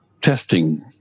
testing